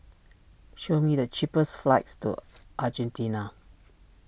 show me the cheapest flights to Argentina